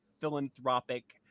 philanthropic